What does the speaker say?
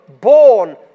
born